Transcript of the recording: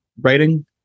writing